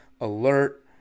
alert